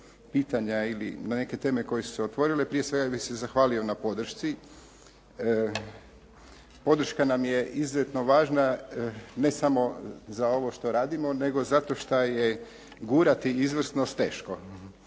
pitanja ili na neke teme koje su se otvorile. Prije svega bih se zahvalio na podršci. Podrška nam je izuzetno važna, ne samo za ovo što radimo, nego zato što je gurati izvrsnost teško.